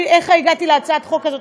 איך הגעתי להצעת חוק הזאת?